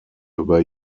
über